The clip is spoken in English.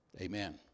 Amen